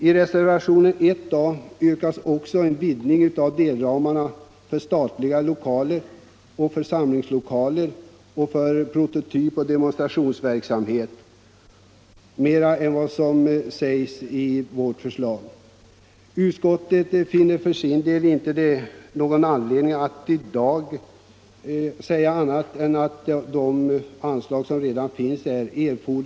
I reservationen 1a yrkas också, som jag inledningsvis nämnde, en vidgning av delramarna utöver vad som sägs i vårt förslag när det gäller statliga lokaler, samlingslokaler och lokaler för prototypoch demonstrationsverksamhet.